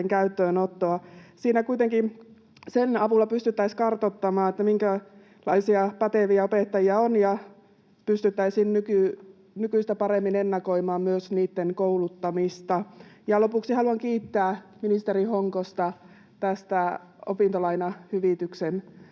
käyttöönottoa. Kuitenkin sen avulla pystyttäisiin kartoittamaan, minkälaisia päteviä opettajia on, ja pystyttäisiin nykyistä paremmin ennakoimaan myös niitten kouluttamista. Lopuksi haluan kiittää ministeri Honkosta opintolainahyvityksen